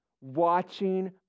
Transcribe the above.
watching